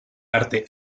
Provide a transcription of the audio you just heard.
arte